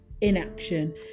inaction